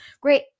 Great